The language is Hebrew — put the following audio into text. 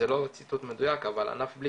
זה לא ציטוט מדוייק ענף בלי